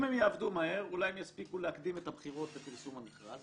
אם הם יעבדו מהר אולי הם יספיקו להקדים את הבחירות לפרסום המכרז,